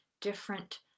different